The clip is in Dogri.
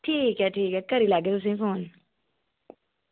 ठीक ऐ ठीक ऐ करी लैगे तुसेंगी फोन डज